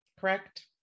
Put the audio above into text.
correct